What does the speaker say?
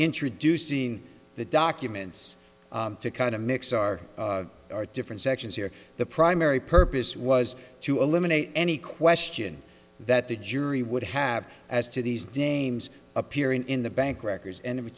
introducing the documents to kind of mix are different sections here the primary purpose was to eliminate any question that the jury would have as to these dames appearing in the bank records